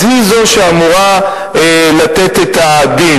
אז היא זו שאמורה לתת את הדין.